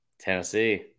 Tennessee